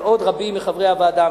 ועוד רבים מחברי הוועדה,